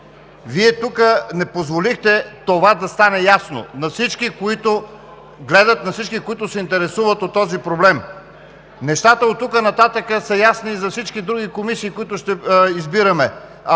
Вие не позволихте това да стане ясно на всички, които гледат, на всички, които се интересуват от този проблем. Нещата оттук нататък са ясни за всички други комисии, които ще избираме